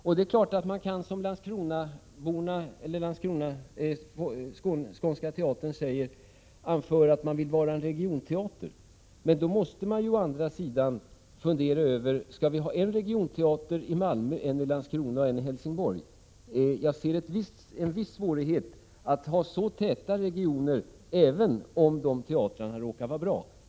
Man säger att man vill att Skånska teatern skall vara en regionteater, och det är klart att den kan vara det. Men då måste man å andra sidan fundera över om det skall finnas en regionteater i Malmö, en i Landskrona och en i Helsingborg. Jag ser en viss svårighet med så täta regioner, även om de här teatrarna råkar vara bra.